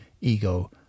ego